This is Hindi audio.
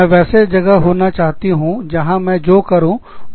मैं वैसे जगह होना चाहती हूँ जहां मैं जो करूं उसका महत्व हो